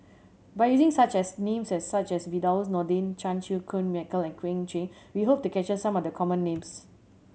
by using such as names such as Firdaus Nordin Chan Chew Koon Michael and Owyang Chi we hope to capture some of the common names